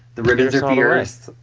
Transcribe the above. the ribbons are um fierce